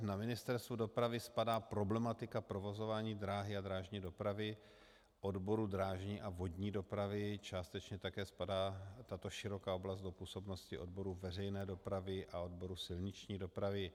Na Ministerstvu dopravy spadá problematika provozování dráhy a drážní dopravy odboru drážní a vodní dopravy, částečně také spadá tato široká oblast do působnosti odboru veřejné dopravy a odboru silniční dopravy.